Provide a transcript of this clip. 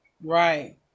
Right